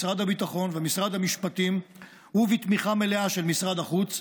משרד הביטחון ומשרד המשפטים ובתמיכה מלאה של משרד החוץ,